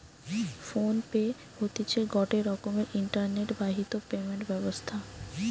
phone pay হতিছে গটে রকমের ইন্টারনেট বাহিত পেমেন্ট ব্যবস্থা